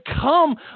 come